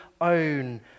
own